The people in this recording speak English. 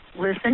Listen